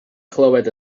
clywed